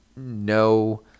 No